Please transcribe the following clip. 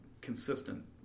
consistent